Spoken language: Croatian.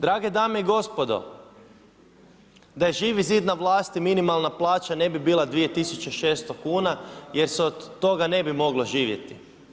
Drage dame i gospodo, da je Živi zid na vlasti minimalna plaća ne bi bila 2 tisuće 600 kuna jer se od toga ne bi moglo živjeti.